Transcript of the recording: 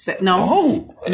no